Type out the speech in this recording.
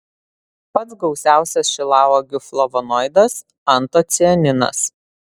pats gausiausias šilauogių flavonoidas antocianinas